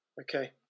Okay